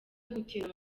gutinda